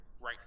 right